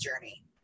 journey